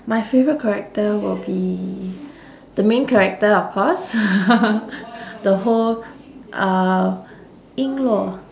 my favourite character will be the main character of course the whole uh ying luo